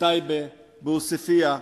בטייבה ובעוספיא.